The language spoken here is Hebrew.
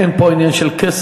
אין פה עניין של כסף,